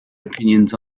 opinions